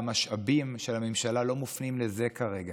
והמשאבים של הממשלה לא מופנים לזה כרגע.